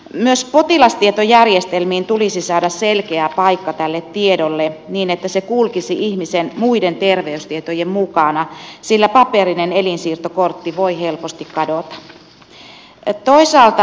myös potilastietojärjestelmiin tulisi saada selkeä paikka tälle tiedolle niin että se kulkisi ihmisen muiden terveystietojen mukana sillä paperinen elinsiirtokortti voi helposti kadota